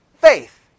faith